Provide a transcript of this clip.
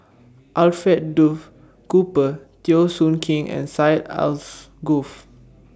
Alfred Duff Cooper Teo Soon Kim and Syed Alsagoff